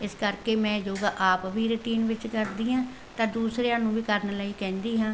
ਇਸ ਕਰਕੇ ਮੈਂ ਯੋਗਾ ਆਪ ਵੀ ਰੁਟੀਨ ਵਿੱਚ ਕਰਦੀ ਹਾਂ ਤਾਂ ਦੂਸਰਿਆਂ ਨੂੰ ਵੀ ਕਰਨ ਲਈ ਕਹਿੰਦੀ ਹਾਂ